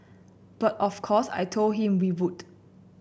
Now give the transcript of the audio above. but of course I told him we would